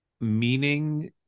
meaning